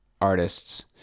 artists